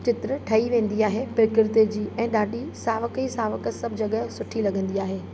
चित्र ठही वेंदी आहे प्रकृतिअ जी ऐं ॾाढी सावक ई सावक सभु जॻहि सुठी लॻंदी आहे